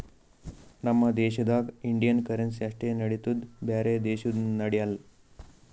ನಮ್ ದೇಶದಾಗ್ Indian currency ಅಷ್ಟೇ ನಡಿತ್ತುದ್ ಬ್ಯಾರೆ ದೇಶದು ನಡ್ಯಾಲ್